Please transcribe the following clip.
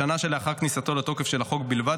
בשנה שלאחר כניסתו לתוקף של החוק בלבד,